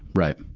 right.